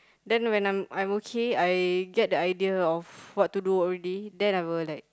then when I'm I'm okay I get the idea of what to do already then I will like